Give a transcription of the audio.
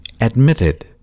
admitted